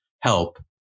help